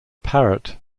parrot